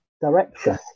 direction